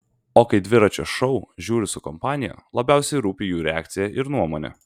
o kai dviračio šou žiūriu su kompanija labiausiai rūpi jų reakcija ir nuomonė